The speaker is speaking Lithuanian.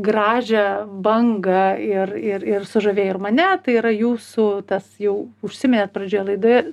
gražią bangą ir ir ir sužavėjo ir mane tai yra jūsų tas jau užsiminėt pradžioje laidoje